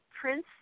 Prince